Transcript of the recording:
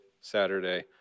Saturday